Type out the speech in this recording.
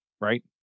right